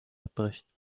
abbricht